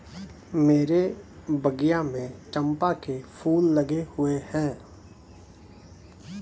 मेरे बगिया में चंपा के फूल लगे हुए हैं